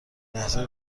لحظه